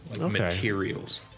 materials